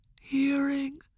Hearing